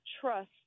trust